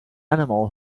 animal